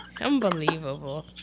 Unbelievable